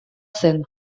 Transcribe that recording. zen